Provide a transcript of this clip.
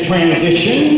Transition